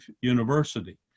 University